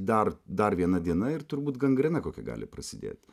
dar dar viena diena ir turbūt gangrena kokia gali prasidėti